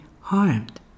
harmed